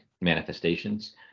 manifestations